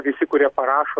visi kurie parašo